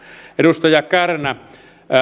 edustaja kärnä minusta